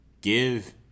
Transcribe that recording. give